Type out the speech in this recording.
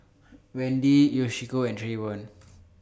Wendy Yoshiko and Trayvon